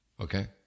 okay